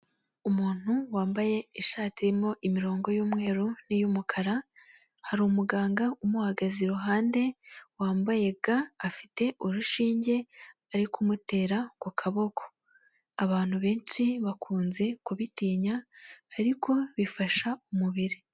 Umuntu wambaye ishati irimo imirongo y'umweru n'iyumukara, hari umuganga umuhagaze iruhande wambaye ga, afite urushinge ari kumutera ku kaboko, abantu benshi bakunze kubitinya ariko bifasha umubiri.